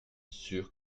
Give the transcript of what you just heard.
sûr